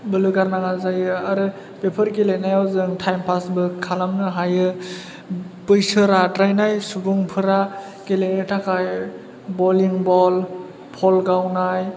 बोलो गारनाङा जायो आरो बेफोर गेलेनायाव जों टाइम फासबो खालामनो हायो बैसो राद्रायनाय सुबुंफोरा गेलेनो थाखाय बलिं बल फल गावनाय